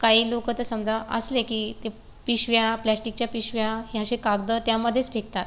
काही लोकं तर समजा असले की ते पिशव्या प्लॅश्टीकच्या पिशव्या ह्या असे कागदं त्यामध्येच फेकतात